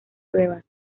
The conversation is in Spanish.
pruebas